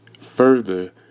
further